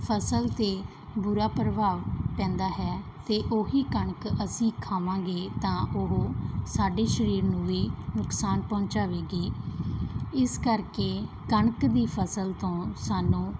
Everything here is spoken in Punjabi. ਫਸਲ 'ਤੇ ਬੁਰਾ ਪ੍ਰਭਾਵ ਪੈਂਦਾ ਹੈ ਅਤੇ ਉਹੀ ਕਣਕ ਅਸੀਂ ਖਾਵਾਂਗੇ ਤਾਂ ਉਹ ਸਾਡੇ ਸਰੀਰ ਨੂੰ ਵੀ ਨੁਕਸਾਨ ਪਹੁੰਚਾਵੇਗੀ ਇਸ ਕਰਕੇ ਕਣਕ ਦੀ ਫਸਲ ਤੋਂ ਸਾਨੂੰ